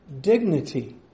Dignity